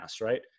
right